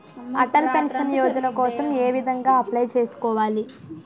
Atal pension Yojana కోసం ఏ విధంగా అప్లయ్ చేసుకోవాలి?